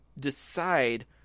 decide